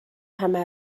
همه